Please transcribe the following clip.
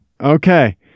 Okay